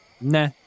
Nah